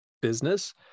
business